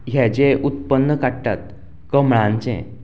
हें जें उत्पन्न काडटात कमळांचें